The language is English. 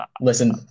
listen